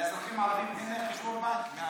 מהאזרחים הערבים אין להם חשבון בנק.